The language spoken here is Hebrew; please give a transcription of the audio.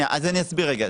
אני אסביר.